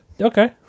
Okay